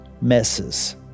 messes